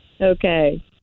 Okay